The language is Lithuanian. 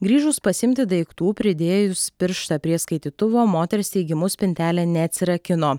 grįžus pasiimti daiktų pridėjus pirštą prie skaitytuvo moters teigimu spintelė neatsirakino